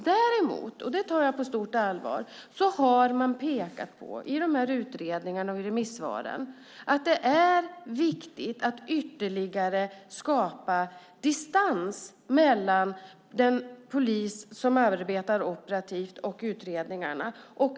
Däremot, och det tar jag på stort allvar, har man i utredningarna och remissvaren pekat på att det är viktigt att ytterligare skapa distans mellan den polis som arbetar operativt och utredningarna.